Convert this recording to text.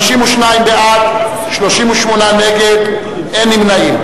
בעד, 52, נגד, 38, ואין נמנעים.